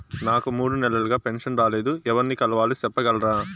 నాకు మూడు నెలలుగా పెన్షన్ రాలేదు ఎవర్ని కలవాలి సెప్పగలరా?